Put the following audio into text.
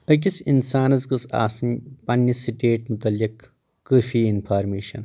أکِس انسانس گٔژھ آسٕنۍ پننس سٹیٹ مُتعلِق کٲفی انفارمیشن